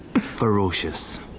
Ferocious